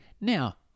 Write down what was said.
Now